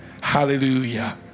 Hallelujah